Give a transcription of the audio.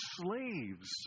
slaves